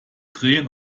drehen